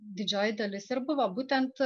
didžioji dalis ir buvo būtent